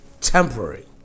Temporary